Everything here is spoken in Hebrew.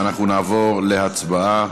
ואנחנו נעבור להצבעה.